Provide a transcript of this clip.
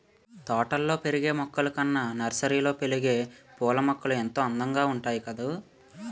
తోటల్లో పెరిగే మొక్కలు కన్నా నర్సరీలో పెరిగే పూలమొక్కలు ఎంతో అందంగా ఉంటాయి కదూ